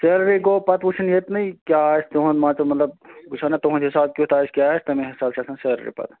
salary گوٚو پَتہٕ وُچھُن ییٚتنٕے کیٛاہ آسہِ تُہُنٛد مطلب وُچھَو نا تُہُنٛد حساب کٮُ۪تھ آسہِ کیٛاہ آسہِ تَمی حِساب چھِ آسان سیلری پَتہٕ